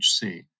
HC